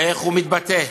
ואיך הוא מתבטא?